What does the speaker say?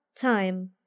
time